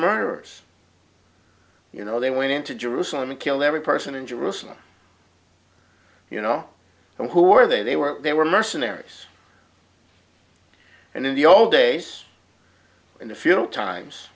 murderers you know they went into jerusalem and killed every person in jerusalem you know and who are they they were they were mercenaries and in the old days in the feudal times